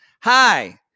hi